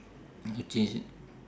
no change